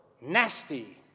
nasty